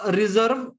reserve